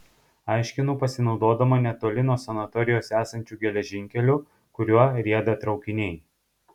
aiškinu pasinaudodama netoli nuo sanatorijos esančiu geležinkeliu kuriuo rieda traukiniai